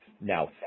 now